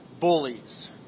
bullies